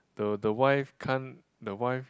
the the wife can't the wife